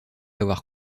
avoir